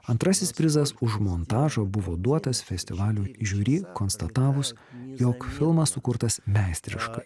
antrasis prizas už montažą buvo duotas festivalio žiuri konstatavus jog filmas sukurtas meistriškai